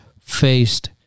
faced